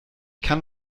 kann